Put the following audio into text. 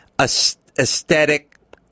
aesthetic